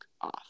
off